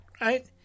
right